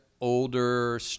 older